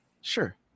sure